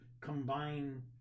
combine